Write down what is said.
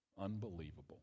Unbelievable